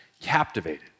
captivated